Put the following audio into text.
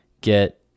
get